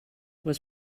was